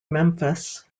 memphis